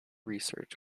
research